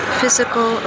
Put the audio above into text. physical